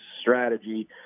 strategy